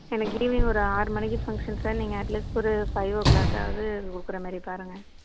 எனக்கு ஈவினிங் ஒரு ஆறு மணிக்கு ஃபங்க்ஷன் சார் நீங்கள் அட்லீஸ்ட் ஒரு ஃபைவ் ஓ க்ளாக்காவது கொடுக்குறமாரி பாருங்கள்